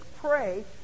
pray